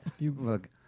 look